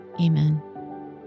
Amen